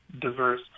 diverse